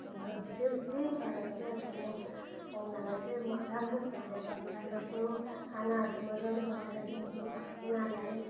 हो अन्त त्यही त्यही कारण चाहिँ अन्त म पाहुनालाई चाहिँ म राम्रोसँगले सत्कार गर्छु खानाहरू मजाले बनाएर दिन्छु उनीहरूलाई